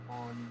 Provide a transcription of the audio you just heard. on